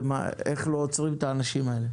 ואיך לא עוצרים את האנשים האלה.